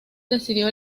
decidió